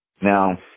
Now